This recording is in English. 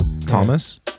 Thomas